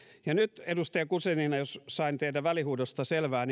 ja nyt edustaja guzenina jos sain teidän välihuudostanne selvää